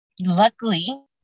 Luckily